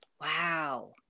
Wow